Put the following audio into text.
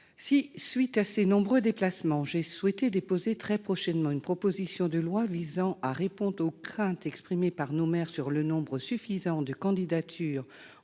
la suite de ces nombreux déplacements, j'ai souhaité déposer très prochainement une proposition de loi visant à répondre aux craintes exprimées par nos maires quant au nombre suffisant de candidatures